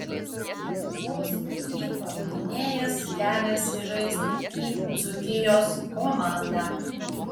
lietuvos ryto gynėjas keliasi žaisti į dzūkijos komandą